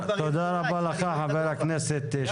תודה רבה לך ח"כ שיקלי.